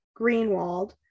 Greenwald